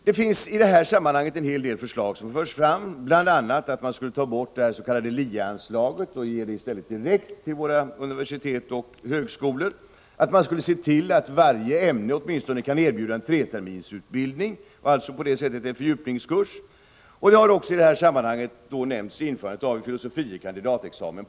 Det förs i det här sammanhanget fram en hel del förslag, bl.a. att man skall avskaffa det s.k. LIE-anslaget, och i stället ge medlen direkt till våra universitet och högskolor, samt om att man skulle se till att det i varje ämne kan erbjudas åtminstone en treterminsutbildning, dvs. en möjlighet till fördjupningskurs. Man har också talat om ett återinförande av en filosofie kandidat-examen.